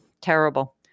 Terrible